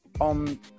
On